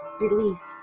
release